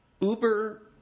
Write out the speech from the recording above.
Uber